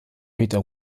peter